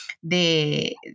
de